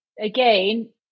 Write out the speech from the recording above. again